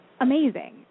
amazing